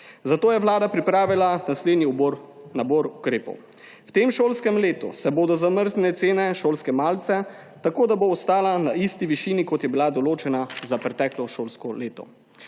Zato je vlada pripravila naslednji nabor ukrepov. V tem šolskem letu se bodo zamrznila cena šolske malice, tako da bo ostala na isti višini, kot je bila določena za preteklo šolsko leto.